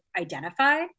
identified